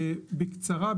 בקצרה,